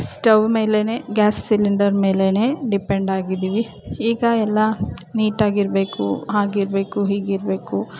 stove ಮೇಲೇ gas cylinder ಮೇಲೇ ಡಿಪೆಂಡಾಗಿದ್ದೀವಿ ಈಗ ಎಲ್ಲ ನೀಟಾಗಿರಬೇಕು ಹಾಗಿರಬೇಕು ಹೀಗಿರಬೇಕು